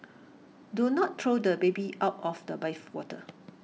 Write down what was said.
do not throw the baby out of the bathwater